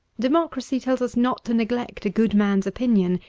democracy tells us not to neglect a good man's opinion,